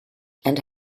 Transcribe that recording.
and